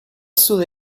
sud